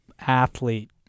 athlete